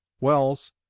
welles,